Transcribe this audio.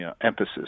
emphasis